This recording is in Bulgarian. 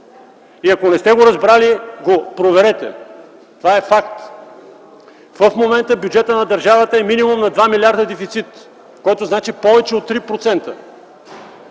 Ако не сте го разбрали, проверете, това е факт! В момента бюджетът на държавата е минимум на 2 млрд. лв. дефицит, което означава повече от 3%,